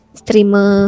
streamer